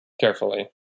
carefully